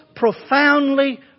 profoundly